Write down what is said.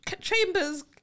Chambers-